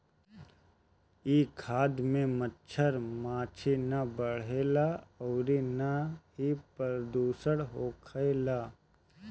इ खाद में मच्छर माछी ना बढ़ेला अउरी ना ही प्रदुषण होखेला